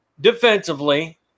defensively